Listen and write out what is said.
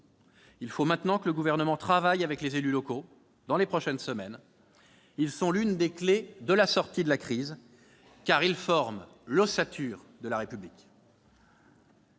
Il faut que le Gouvernement travaille avec les élus locaux dans les prochaines semaines : ils sont l'une des clés de la sortie de crise, car ils forment l'ossature de la République.